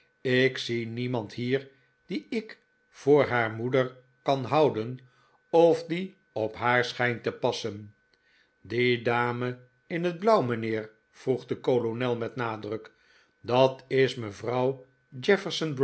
ik zie niemand hier die ik voor haar moeder kan houden of die op haar schijnt te passen die dame in het blauw mijnheer vroeg de kolonel met nadruk dat is mevrouw